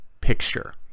picture